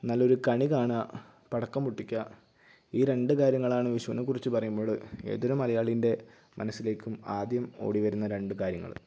നല്ലൊരു കണി കാണുക പടക്കം പൊട്ടിക്കുക ഈ രണ്ട് കാര്യങ്ങളാണ് വിഷുവിനെ കുറിച്ച് പറയുമ്പോൾ ഏതൊരു മലയാളിയുടെ മനസ്സിലേക്ക് ആദ്യം ഓടിവരുന്ന രണ്ട് കാര്യങ്ങൾ